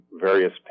various